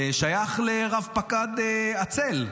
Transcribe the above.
שייך לרב-פקד הצל.